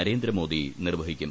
നരേന്ദ്രമോദി നിർവഹിക്കും